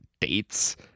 dates